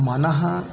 मनः